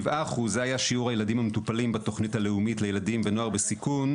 7% זה היה שיעור הילדים המטופלים בתכנית הלאומית לילדים ונוער בסיכון,